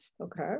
Okay